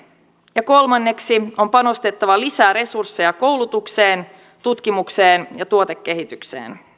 ja kolmanneksi on panostettava lisää resursseja koulutukseen tutkimukseen ja tuotekehitykseen